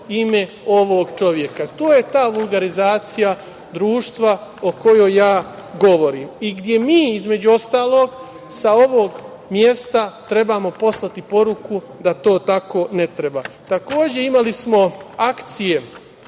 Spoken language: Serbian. ime ovog čoveka. To je ta vulgarizacija društva o kojoj ja govorim i gde mi između ostalog sa ovog mesta trebamo poslati poruku da to tako ne treba. Takođe, imali smo akcije,